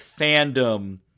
fandom